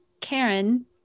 Karen